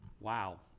wow